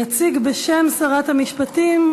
התשע"ד 2014. יציג בשם שרת המשפטים,